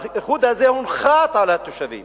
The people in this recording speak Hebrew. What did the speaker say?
האיחוד הזה הונחת על התושבים